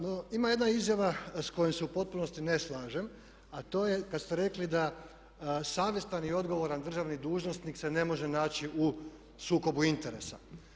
No, ima jedna izjava s kojom se u potpunosti ne slažem a to je kad ste rekli da savjestan i odgovoran državni dužnosnik se ne može naći u sukobu interesa.